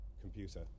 computer